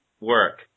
work